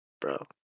Bro